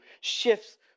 shifts